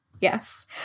Yes